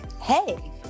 hey